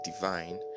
divine